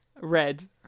Red